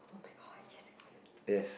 [oh]-my-god I just said Gordon